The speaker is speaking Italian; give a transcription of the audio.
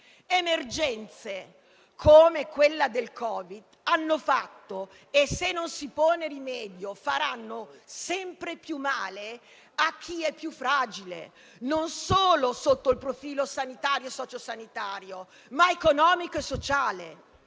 Emergenze come quella del Covid hanno fatto male, e se non si pone rimedio ne faranno sempre di più, a chi è più fragile, non solo sotto il profilo sanitario e socio-sanitario, ma economico e sociale.